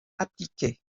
appliquée